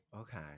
Okay